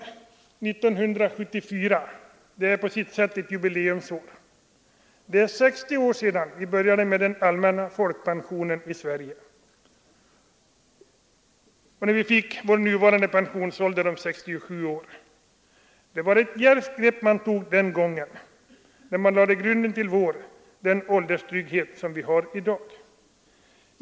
1974 är på sitt sätt ett jubileumsår. Det är 60 år sedan vi började med den allmänna folkpensionen i Sverige och fick vår nuvarande pensionsålder om 67 år. Det var ett djärvt grepp man tog den gången, när man lade grunden till den ålderstrygghet vi har i dag.